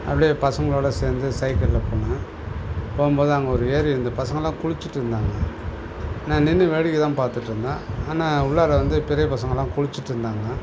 அப்படியே பசங்களோடு சேர்ந்து சைக்கிளில் போவேன் போகும்போது அங்கே ஒரு ஏரி இருந்து பசங்கலாம் குளிச்சிட்டிருந்தாங்க நான் நின்று வேடிக்கை தான் பார்த்துட்ருந்தேன் ஆனால் உள்ளார வந்து பெரிய பசங்கலாம் குளிச்சிட்டிருந்தாங்க